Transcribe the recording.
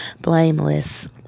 blameless